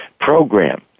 program